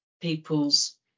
people's